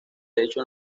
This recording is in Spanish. derecho